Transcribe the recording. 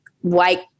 white